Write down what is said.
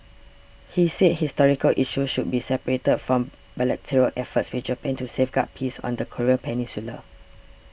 he said historical issues should be separated from bilateral efforts with Japan to safeguard peace on the Korean peninsula